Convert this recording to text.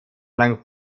lang